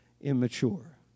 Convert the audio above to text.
immature